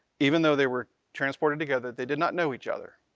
even though they were transported together, they did not know each other.